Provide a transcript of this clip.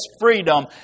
freedom